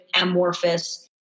amorphous